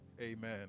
Amen